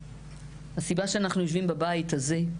הסיבה שאנחנו יושבים בבית הזה,